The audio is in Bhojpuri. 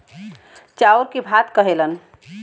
चाउर के भात कहेलन